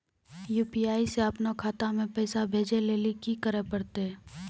UPI से अपनो खाता मे पैसा भेजै लेली कि करै पड़तै?